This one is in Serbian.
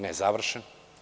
Nezavršen.